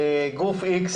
גוף X,